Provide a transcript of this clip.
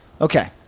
Okay